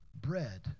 bread